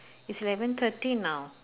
it's eleven thirty now